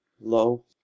low